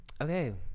okay